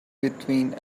between